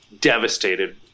devastated